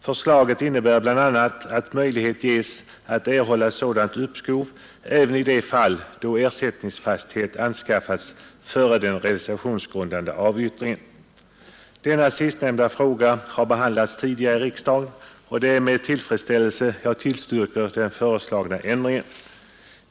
Förslaget innebär bl.a. att möjlighet ges att erhålla sådant uppskov även i det fall då ersättningsfastighet har anskaffats före den realisationsvinstgrundande avyttringen. Den sistnämnda frågan har behandlats tidigare i riksdagen, och det är med tillfredsställelse som jag tillstyrker den föreslagna ändringen.